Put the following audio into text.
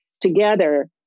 together